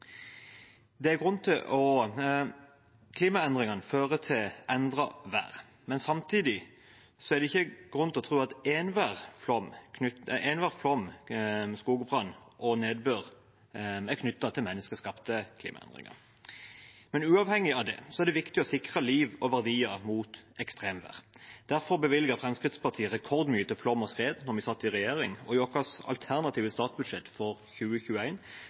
Klimaendringene fører til endret vær, men samtidig er det ikke grunn til å tro at enhver flom, skogbrann og nedbør er knyttet til menneskeskapte klimaendringer. Uavhengig av det er det viktig å sikre liv og verdier mot ekstremvær. Derfor bevilget Fremskrittspartiet rekordmye til flom- og skredforebygging da vi satt i regjering, og i vårt alternative statsbudsjett for